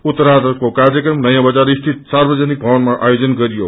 उत्तरार्थको काक्रम नयाँ बजार स्थित सार्वजनिक भवनामा आयोजन गरियो